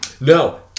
No